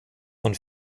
von